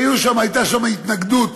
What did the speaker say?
כי הייתה שם התנגדות